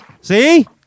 See